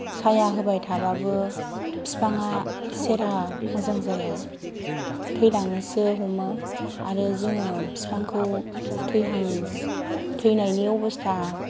साया होबाय थाबाबो बिफाङा सेहेरा मोजां जाया थैलांनोसो हमो आरो जोङो बिफांखौ थैहां थैनायनि अबस्था